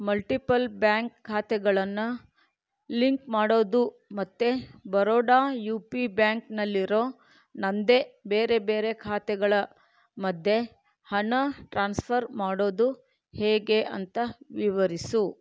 multiple bank ಖಾತೆಗಳನ್ನ link ಮಾಡೋದು ಮತ್ತು ಬರೋಡಾ ಯು ಪಿ ಬ್ಯಾಂಕ್ನಲ್ಲಿರೋ ನಂದೇ ಬೇರೆ ಬೇರೆ ಖಾತೆಗಳ ಮಧ್ಯೆ ಹಣ ಟ್ರಾನ್ಸ್ಫರ್ ಮಾಡೋದು ಹೇಗೆ ಅಂತ ವಿವರಿಸು